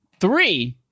Three